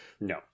No